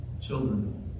children